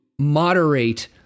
moderate